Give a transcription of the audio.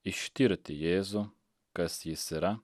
ištirti jėzų kas jis yra